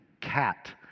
cat